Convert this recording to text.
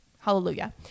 hallelujah